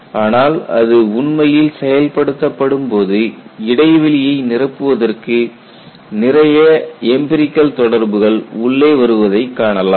ஆனால் அது உண்மையில் செயல்படுத்தப்படும்போது இடைவெளியை நிரப்புவதற்கு நிறைய எம்பிரிகல் தொடர்புகள் உள்ளே வருவதைக் காணலாம்